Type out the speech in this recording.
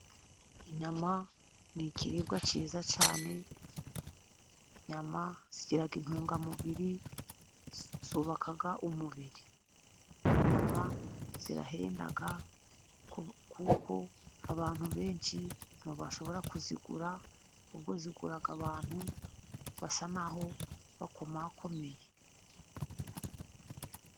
Inyama ni ikiribwa cyiza cyane, inyama zigira intungamubiri zubaka umubiri. Inyama zirahenda kuko abantu benshi ntibashobora kuzigura ahubwo zigura abantu basa naho bakomakomeye.